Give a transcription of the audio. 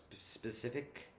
specific